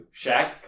Shaq